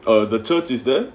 the church is there